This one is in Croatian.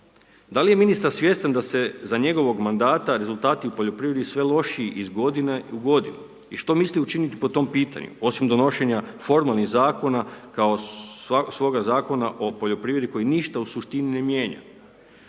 Da li je ministar svjestan da su za njegovog mandata rezultati u poljoprivredi sve lošiji iz godine u godinu i što misle učiniti po tom pitanju osim donošenja formalnih zakona kao svoga Zakona o poljoprivredi koji ništa u suštini ne mijenja?